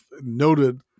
noted